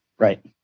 Right